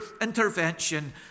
intervention